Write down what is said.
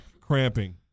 Cramping